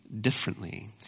differently